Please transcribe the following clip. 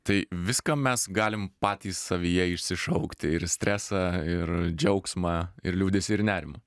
tai viską mes galim patys savyje išsišaukti ir stresą ir džiaugsmą ir liūdesį ir nerimą